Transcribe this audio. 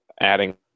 adding